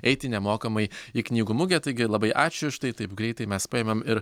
eiti nemokamai į knygų mugę taigi labai ačiū štai taip greitai mes paimėm ir